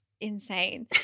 insane